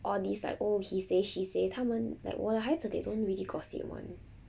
all these like oh he say she say 他们 like 我的孩子 they don't really gossip [one]